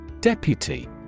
Deputy